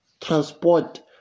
transport